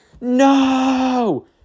no